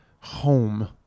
home